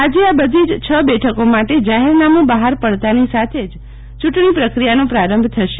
આજે આ બધી જ છ બેઠકો માટે જાહેરનામુ બહાર પડતાની સાથે જ યુંટણી પ્રક્રિયાનો પ્રારંભ થશે